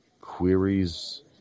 queries